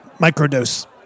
Microdose